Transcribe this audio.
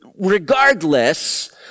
regardless